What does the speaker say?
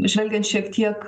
žvelgiant šiek tiek